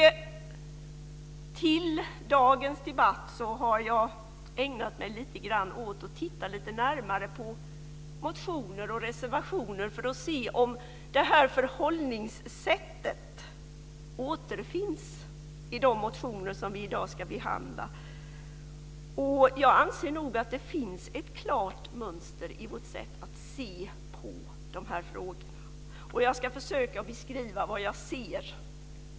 Inför dagens debatt har jag ägnat mig lite grann åt att titta lite närmare på motioner och reservationer för att se om detta förhållningssätt återfinns i de motioner vi i dag ska behandla. Jag anser nog att det finns ett klart mönster i vårt sätt att se på de här frågorna. Jag ska försöka att beskriva vad jag ser.